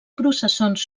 processons